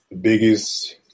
biggest